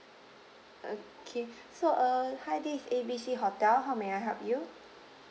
okay so uh hi this is A B C hotel how may I help you